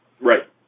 right